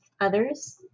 others